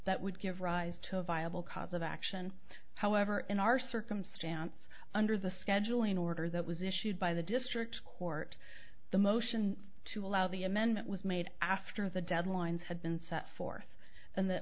that would give rise to a viable cause of action however in our circumstance under the scheduling order that was issued by the district court the motion to allow the amendment was made after the deadlines had been set forth and the